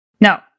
No